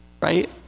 right